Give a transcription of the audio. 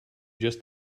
just